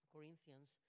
Corinthians